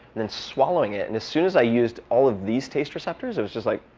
then swallowing it. and as soon as i used all of these taste receptors, it was just like